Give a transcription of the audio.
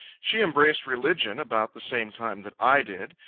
she embraced religion about the same time that i did.